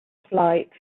flight